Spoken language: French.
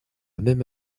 même